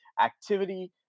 activity